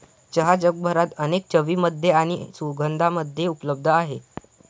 चहा जगभरात अनेक चवींमध्ये आणि सुगंधांमध्ये उपलब्ध आहे